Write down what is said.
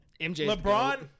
LeBron